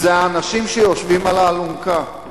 אלה האנשים שיושבים על האלונקה,